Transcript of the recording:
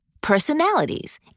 personalities